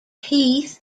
heath